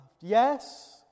Yes